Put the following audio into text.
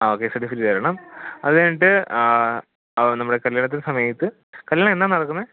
ആ okay certificate തരണം അത് കഴിഞ്ഞിട്ട് അത് നമ്മളെ കല്യാണത്തിൻ്റെ സമയത്ത് കല്യാണം എന്നാണ് നടക്കുന്നത്